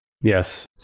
Yes